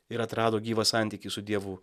ir atrado gyvą santykį su dievu